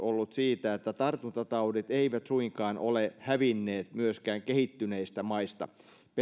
siitä että tartuntataudit eivät suinkaan ole hävinneet myöskään kehittyneistä maista